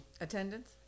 Attendance